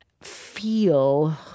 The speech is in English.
feel